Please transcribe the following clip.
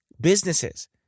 businesses